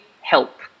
help